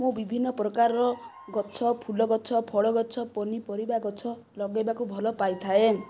ମୁଁ ବିଭିନ୍ନ ପ୍ରକାରର ଗଛ ଫୁଲଗଛ ଫଳଗଛ ପନିପରିବା ଗଛ ଲଗାଇବାକୁ ଭଲ ପାଇଥାଏ